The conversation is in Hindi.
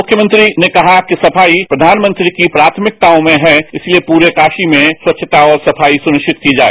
मुख्यमंत्री ने कहा कि सफाई प्रधानमंत्री की प्राथमिकताओं में हैं इसलिए पूरे काशी में स्वच्छता और सफाई सुनिश्चित की जाए